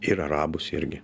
ir arabus irgi